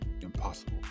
impossible